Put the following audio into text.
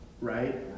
right